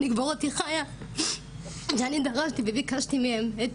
לקבור אותי חייה ואני דרשתי וביקשתי מהם את